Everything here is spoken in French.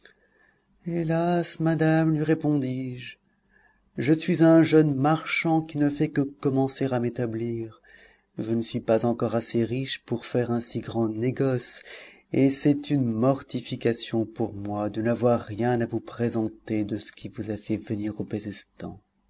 hélas madame lui répondis-je je suis un jeune marchand qui ne fais que commencer à m'établir je ne suis pas encore assez riche pour faire un si grand négoce et c'est une mortification pour moi de n'avoir rien à vous présenter de ce qui vous a fait venir au